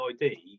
ID